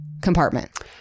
compartment